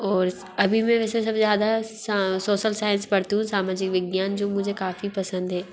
और अभी मैं वैसे सब से ज़्यादा सोशल साइंस पढ़ती हूँ सामाजिक विज्ञान जो मुझे काफ़ी पसन्द है